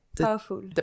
powerful